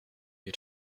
you